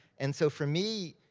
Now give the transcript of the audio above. and so for me,